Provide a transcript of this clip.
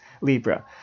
Libra